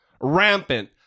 rampant